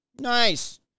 Nice